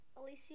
Alicia